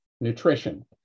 nutrition